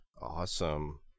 Awesome